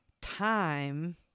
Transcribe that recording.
time